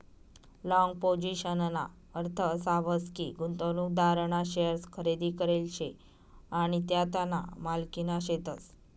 long पोझिशनना अर्थ असा व्हस की, गुंतवणूकदारना शेअर्स खरेदी करेल शे आणि त्या त्याना मालकीना शेतस